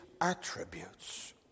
attributes